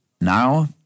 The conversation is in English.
now